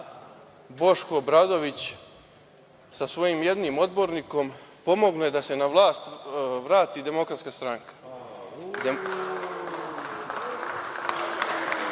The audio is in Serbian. Boško Obradović sa svojim jednim odbornikom pomogne da se na vlast vrati DS.Demokratska stranka